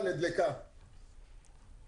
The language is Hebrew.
וי"ו